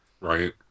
Right